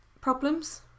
problems